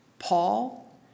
Paul